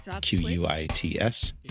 Q-U-I-T-S